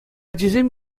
ачисем